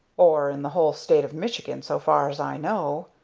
or in the whole state of michigan, so far as i know,